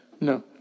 No